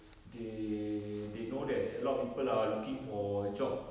they know that a lot of people are looking for job temporary because right now it's difficult to get jobs so